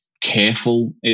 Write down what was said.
careful